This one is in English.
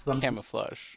camouflage